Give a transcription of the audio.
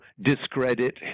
discredit